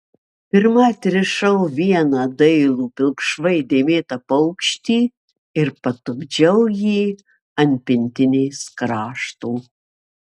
pirma atrišau vieną dailų pilkšvai dėmėtą paukštį ir patupdžiau jį ant pintinės krašto